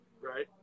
Right